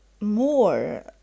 more